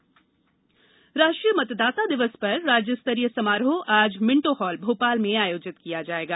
मतदाता दिवस प्रदेश राष्ट्रीय मतदाता दिवस पर राज्यस्तरीय समारोह आज मिंटो हॉल भोपाल में आयोजित किया जाएगा